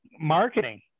marketing